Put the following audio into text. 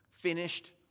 finished